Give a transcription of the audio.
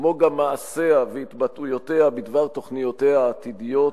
כמו גם מעשיה והתבטאויותיה בדבר תוכניותיה העתידיות,